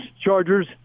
Chargers